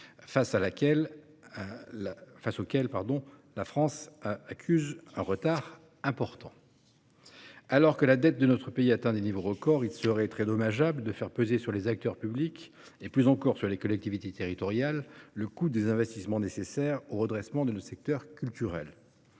face auxquelles la France accuse un retard significatif. Alors que la dette de notre pays atteint des niveaux sans précédent, il serait regrettable de faire reposer sur les acteurs publics, et plus encore sur les collectivités territoriales, le coût des investissements nécessaires au redressement du secteur culturel.